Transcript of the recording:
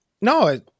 No